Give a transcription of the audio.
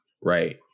Right